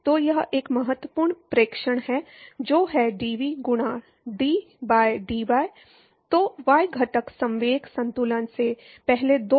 तो यह एक महत्वपूर्ण प्रेक्षण है जो है dv गुणा d by dy तो y घटक संवेग संतुलन में पहले दो पद